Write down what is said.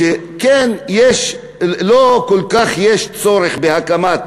שכן, אין כל כך צורך בהקמת